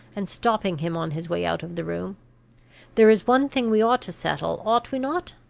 and stopping him on his way out of the room there is one thing we ought to settle, ought we not?